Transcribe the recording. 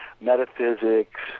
metaphysics